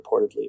reportedly